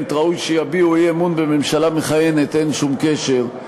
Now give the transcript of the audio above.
ראוי שיביעו אי-אמון בממשלה מכהנת אין שום קשר,